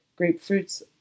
Grapefruits